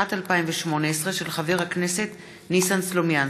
התשע"ט 2018, של חבר הכנסת ניסן סלומינסקי,